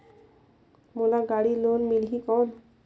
मोला गाड़ी लोन मिलही कौन?